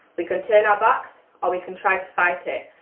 we can turn our backs or we can try to fight it.